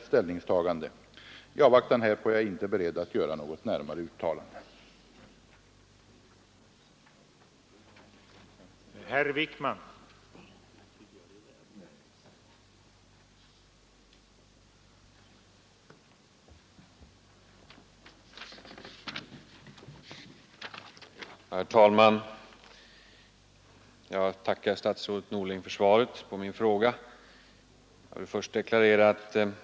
I Nr 143 avvaktan härpå är jag inte beredd att göra något närmare uttalande.